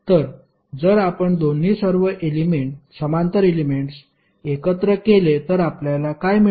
तर जर आपण दोन्ही सर्व समांतर एलेमेंट्स एकत्र केले तर आपल्याला काय मिळेल